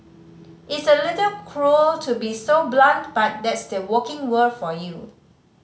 it's a little cruel to be so blunt but that's the working world for you